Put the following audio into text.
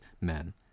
men